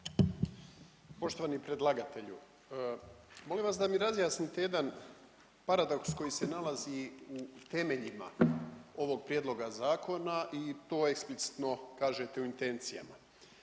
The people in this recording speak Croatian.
Poštovani predlagatelju, molim vas da nam razjasnite jedan paradoks koji se nalazi u temeljima ovog prijedloga zakona i to eksplicitno kažete u intencijama.